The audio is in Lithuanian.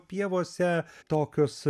pievose tokius